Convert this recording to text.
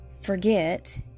forget